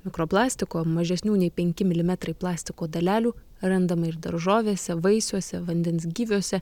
mikroplastiko mažesnių nei penkių milimetrų plastiko dalelių randama ir daržovėse vaisiuose vandens gyviuose